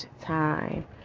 time